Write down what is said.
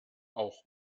auch